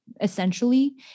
essentially